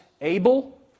able